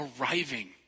arriving